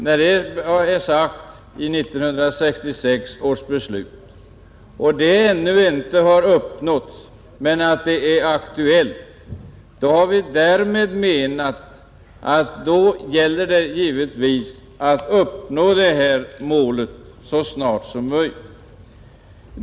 När vi säger att det målet ännu inte har uppnåtts men att det är aktuellt, har vi därmed menat att det givetvis gäller att uppnå målet så snart som möjligt.